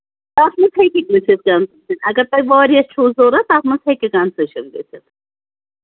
تَتھ ما ہیٚکہِ گٔژھِتھ کَنسیشَن اَگر تۄہہِ واریاہ چھُو ضروٗرت تَتھ ما ہیٚکہِ کَنسیشَن گٔژھِتھ